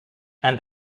and